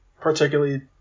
particularly